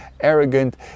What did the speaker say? arrogant